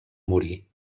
morir